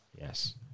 Yes